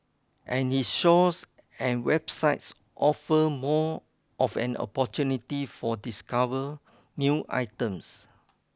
and its stores and website offer more of an opportunity for discover new items